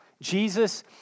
Jesus